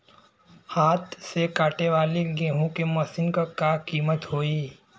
हाथ से कांटेवाली गेहूँ के मशीन क का कीमत होई?